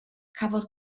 cafodd